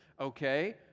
okay